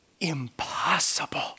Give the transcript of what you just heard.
impossible